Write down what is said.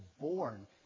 born